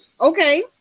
Okay